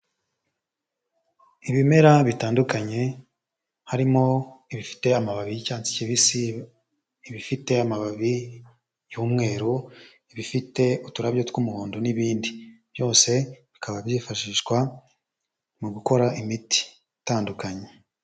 Ibimera bitandukanye, harimo ibifite amababi y'icyatsi kibisi, ibifite amababi y'umweru, ibifite uturabyo tw'umuhondo n'ibindi, byose bikaba byifashishwa mu gukora imiti itandukanye.